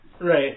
Right